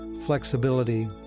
flexibility